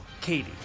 Katie